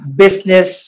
business